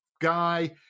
guy